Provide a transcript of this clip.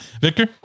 Victor